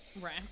Right